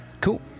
Cool